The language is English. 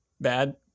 bad